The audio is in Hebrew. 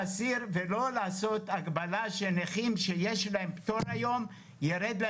להסיר ולא לעשות הגבלה שנכים שהפטור שיש להם היום ירד.